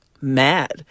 mad